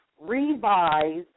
revised